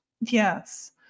Yes